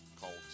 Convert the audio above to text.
Colts